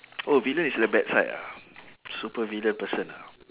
oh villain is a bad side ah supervillain person ah